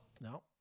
no